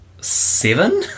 seven